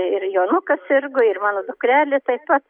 ir jonukas sirgo ir mano dukrelė taip pat